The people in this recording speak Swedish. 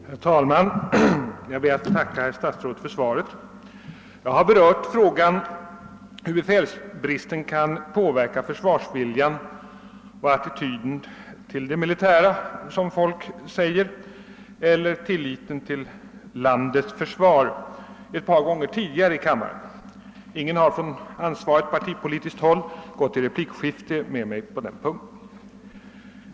Herr talman! Jag ber att få tacka herr statsrådet för svaret. Frågan om hur befälsbristen kan påverka försvarsviljan och attityden till det militära, som folk säger, eller tilliten till landets försvar har jag berört ett par gånger tidigare i kammaren. Ingen har från ansvarigt partipolitiskt håll gått i replikskifte med mig på den punkten.